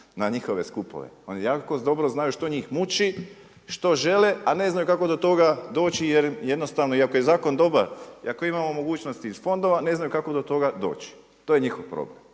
na njihove skupove. Oni jako dobro znaju što njih muči, što žele, a ne znaju kako do toga doći jer jednostavno iako je zakon dobar, i ako imamo mogućnosti iz fondova ne znaju kako do toga doći. To je njihov problem.